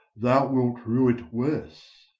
thou wilt rue it worse.